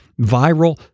Viral